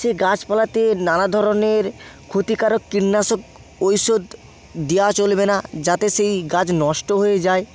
সে গাছপালাতে নানা ধরনের ক্ষতিকারক কীটনাশক ঐওষুধ দেওয়া চলবে না যাতে সেই গাছ নষ্ট হয়ে যায়